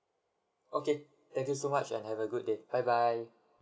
okay thank you so much and have a good day bye bye